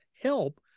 help